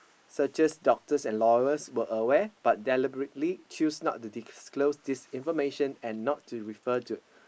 suggest doctors and lawyers were aware but deliberately choose not to disclose this information and not to refer to